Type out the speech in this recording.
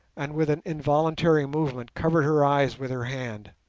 and with an involuntary movement covered her eyes with her hand.